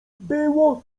było